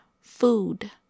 Food